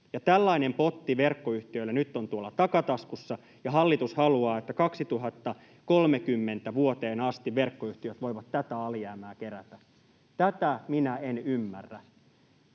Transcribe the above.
tällainen potti verkkoyhtiöille nyt on tuolla takataskussa, ja hallitus haluaa, että vuoteen 2030 asti verkkoyhtiöt voivat tätä alijäämää kerätä. Tätä minä en ymmärrä.